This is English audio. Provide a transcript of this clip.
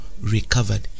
recovered